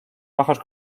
bajos